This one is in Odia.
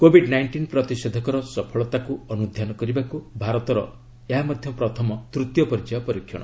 କୋଭିଡ ନାଇଷ୍ଟିନ୍ ପ୍ରତିଷେଧକର ସଫଳତାକୁ ଅନ୍ୟୋନ କରିବାକୁ ଭାରତର ଏହା ମଧ୍ୟ ପ୍ରଥମ ତୃତୀୟ ପର୍ଯ୍ୟାୟ ପରୀକ୍ଷଣ